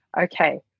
okay